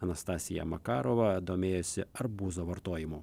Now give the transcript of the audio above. anastasija makarova domėjosi arbūzo vartojimu